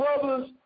brothers